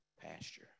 pasture